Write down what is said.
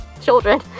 children